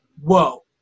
whoa